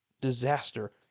disaster